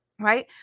right